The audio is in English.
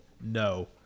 No